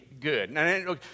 Good